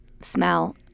smell